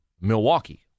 Milwaukee